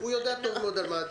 הוא יודע טוב מאוד על מה הדיון.